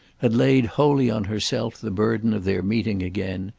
had laid wholly on herself the burden of their meeting again,